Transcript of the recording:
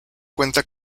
cuenta